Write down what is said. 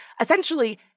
essentially